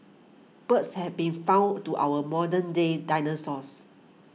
birds have been found to our modern day dinosaurs